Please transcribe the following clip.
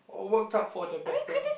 or worked out for the better